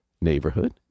neighborhood